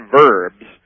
verbs